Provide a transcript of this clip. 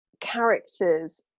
characters